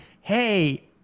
hey